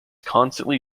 constantly